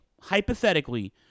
hypothetically